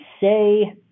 say